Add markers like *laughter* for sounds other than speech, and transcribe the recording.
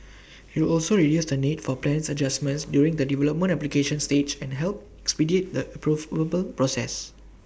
IT will also reduce the need for plans adjustment during the development application stage and help expedite the *unintelligible* process